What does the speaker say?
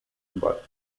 but